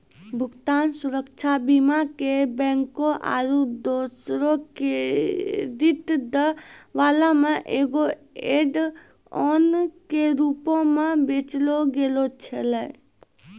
भुगतान सुरक्षा बीमा के बैंको आरु दोसरो क्रेडिट दै बाला मे एगो ऐड ऑन के रूपो मे बेचलो गैलो छलै